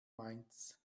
mainz